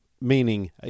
meaning